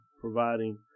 providing